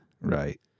right